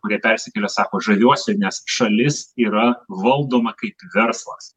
kurie persikėlė sako žaviuosi nes šalis yra valdoma kaip verslas